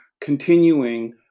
continuing